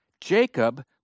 Jacob